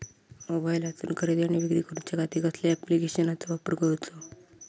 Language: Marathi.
मोबाईलातसून खरेदी आणि विक्री करूच्या खाती कसल्या ॲप्लिकेशनाचो वापर करूचो?